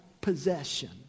possession